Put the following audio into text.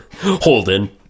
Holden